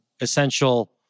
essential